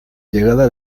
llegada